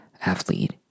athlete